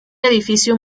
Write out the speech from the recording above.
edificio